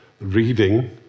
reading